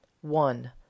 one